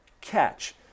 catch